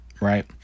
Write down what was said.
Right